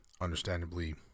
Understandably